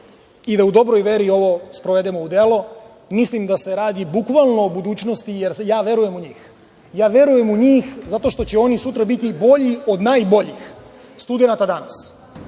i da u dobroj veri ovo sprovedemo u delo. Mislim da se bukvalno radi o budućnosti jer ja verujem u njih. Ja verujem u njih zato što će oni sutra biti bolji od najboljih studenata